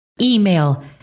email